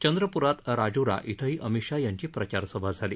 चंद्रपुरात राजुरा इथंही अमित शाह यांची प्रचारसभा झाली